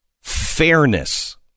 fairness